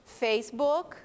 Facebook